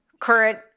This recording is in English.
current